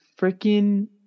freaking